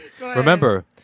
Remember